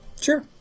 Sure